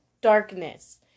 darkness